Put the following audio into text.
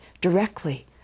directly